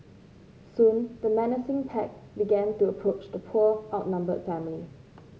soon the menacing pack began to approach the poor outnumbered family